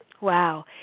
Wow